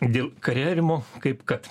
dėl kariavimo kaip kad